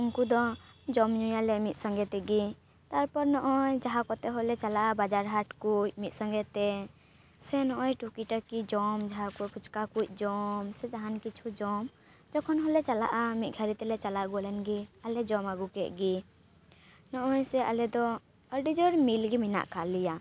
ᱩᱱᱠᱩᱫᱚ ᱡᱚᱢᱼᱧᱩᱭᱟᱞᱮ ᱢᱤᱫ ᱥᱚᱸᱜᱮ ᱛᱮᱜᱮ ᱛᱟᱨᱯᱚᱨ ᱱᱚᱜᱚᱭ ᱡᱟᱦᱟᱸ ᱠᱚᱛᱮ ᱦᱚᱞᱮ ᱪᱟᱞᱟᱜᱼᱟ ᱵᱟᱡᱟᱨ ᱦᱟᱴ ᱠᱚ ᱢᱤᱫ ᱥᱚᱸᱜᱮᱛᱮ ᱥᱮ ᱱᱚᱜᱚᱭ ᱴᱩᱠᱤᱴᱟᱠᱤ ᱡᱚᱢ ᱡᱟᱦᱟᱸᱠᱚ ᱯᱷᱩᱪᱠᱟ ᱠᱚ ᱡᱚᱢ ᱥᱮ ᱡᱟᱦᱟᱱ ᱠᱤᱪᱷᱩ ᱡᱚᱢ ᱡᱚᱠᱷᱚᱱ ᱦᱚᱞᱮ ᱪᱟᱞᱟᱜᱼᱟ ᱢᱤᱫᱜᱷᱟᱹᱲᱤᱡ ᱛᱮᱞᱮ ᱪᱟᱞᱟᱣ ᱜᱚᱫ ᱮᱱᱜᱮ ᱟᱨ ᱞᱮ ᱡᱚᱢ ᱟᱹᱜᱩ ᱠᱮᱫ ᱜᱮ ᱱᱚᱜᱚᱭ ᱡᱮ ᱟᱞᱮ ᱫᱚ ᱟᱹᱰᱤ ᱡᱳᱨ ᱢᱤᱞ ᱜᱮ ᱢᱮᱱᱟᱜ ᱠᱟᱫ ᱞᱮᱭᱟ